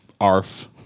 ARF